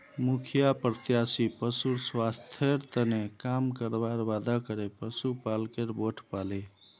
मुखिया प्रत्याशी पशुर स्वास्थ्येर तने काम करवार वादा करे पशुपालकेर वोट पाले